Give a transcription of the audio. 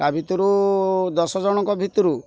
ତା'ଭିତରୁ ଦଶ ଜଣଙ୍କ ଭିତରୁ